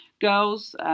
girls